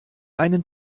einen